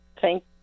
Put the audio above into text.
thank